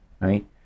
right